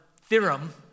theorem